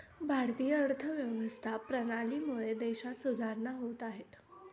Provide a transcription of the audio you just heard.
भारतीय अर्थव्यवस्था प्रणालीमुळे देशात सुधारणा होत आहे